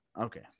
Okay